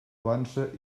vansa